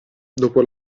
dopo